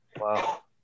Wow